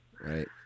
right